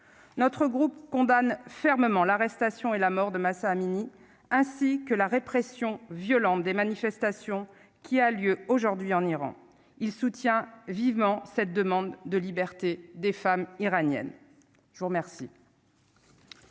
notre groupe condamne fermement l'arrestation et la mort de Mahsa Amini, ainsi que la répression violente des manifestations qui a lieu aujourd'hui en Iran, il soutient vivement cette demande de liberté des femmes iraniennes, je vous remercie.